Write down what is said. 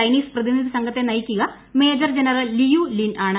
Chinese പ്രതിനിധി സംഘത്തെ നയിക്കുക മേജർ ജനറൽ ലിയൂ ലിൻ ആണ്